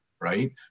right